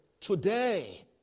today